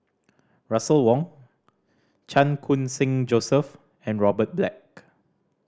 Russel Wong Chan Khun Sing Joseph and Robert Black